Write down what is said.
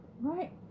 right